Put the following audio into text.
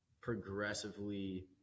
progressively